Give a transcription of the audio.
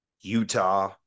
Utah